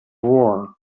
war